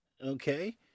okay